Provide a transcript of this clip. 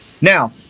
now